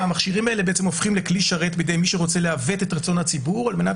המכשירים האלה הופכים לכלי שרת בידי מי שרוצה לעוות את רצון הציבור על-מנת